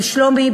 בשלומי,